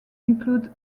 include